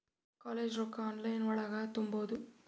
College ರೊಕ್ಕ online ಒಳಗ ತುಂಬುದು?